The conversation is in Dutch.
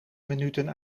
minuten